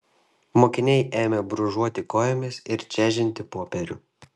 mokiniai ėmė brūžuoti kojomis ir čežinti popierių